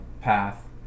path